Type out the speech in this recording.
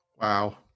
Wow